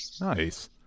Nice